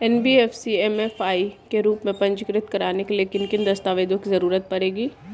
NBFC MFI के रूप में पंजीकृत कराने के लिए किन किन दस्तावेजों की जरूरत पड़ेगी?